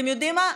אתם יודעים מה?